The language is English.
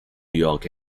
york